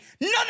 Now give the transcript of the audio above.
none